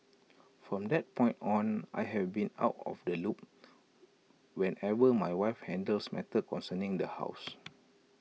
from that point on I have been out of the loop whenever my wife handles matters concerning the house